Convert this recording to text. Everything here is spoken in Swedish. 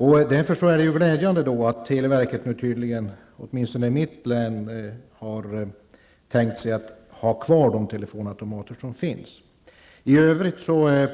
Det är då glädjande att televerket nu, åtminstone i mitt hemlän, tydligen har tänkt sig att ha kvar de telefonautomater som finns. I övrigt